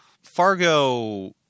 Fargo